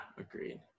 agreed